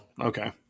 okay